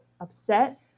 upset